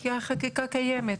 כי החקיקה קיימת,